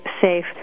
safe